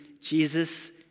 Jesus